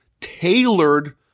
tailored